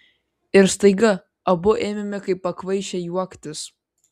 ir staiga abu ėmėme kaip pakvaišę juoktis